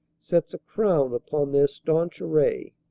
sets a crown upon their staunch array.